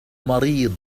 مريض